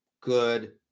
Good